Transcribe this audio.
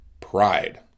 pride